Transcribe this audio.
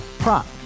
Prop